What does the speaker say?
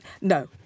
No